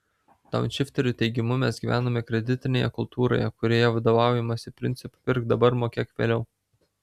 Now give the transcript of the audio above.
daunšifterių teigimu mes gyvename kreditinėje kultūroje kurioje vadovaujamasi principu pirk dabar mokėk vėliau